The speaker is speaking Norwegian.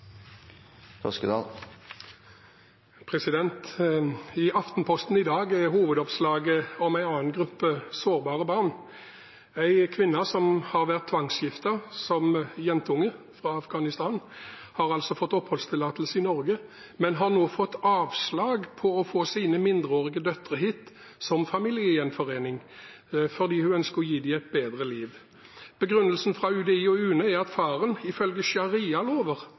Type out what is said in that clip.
som har vært tvangsgiftet som jentunge, har fått oppholdstillatelse i Norge, men har nå fått avslag på å få sine mindreårige døtre hit på familiegjenforening fordi hun ønsker å gi dem et bedre liv. Begrunnelsen fra UDI og UNE er at faren ifølge sharialover